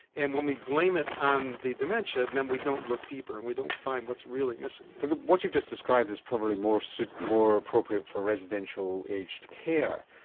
and when we blame it on the dementia, then we don't look deeper and we don't find what's really missing. but what you've just described is probably more so more appropriate for residential aged care.